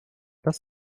das